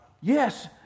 Yes